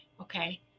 Okay